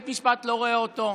בית משפט לא רואה אותו,